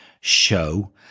show